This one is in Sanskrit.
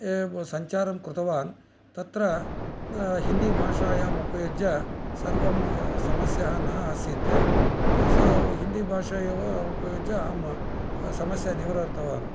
सञ्चारं कृतवान् तत्र हिन्दीभाषायाम् उपयुज्य सर्वं समस्याः न आसीत् स हिन्दीभाषा एव उपयुज्य अहं समस्यां निवृत्तवान्